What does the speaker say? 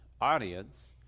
audience